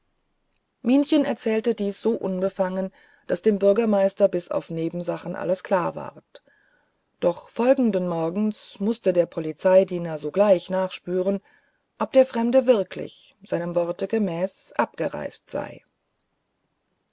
minchen erzählte dies so unbefangen daß dem bürgermeister bis auf nebensachen alles klar ward doch folgenden morgens mußte der polizeidiener sogleich nachspüren ob der fremde wirklich seinem worte gemäß abgereist sei